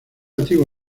nativo